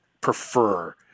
prefer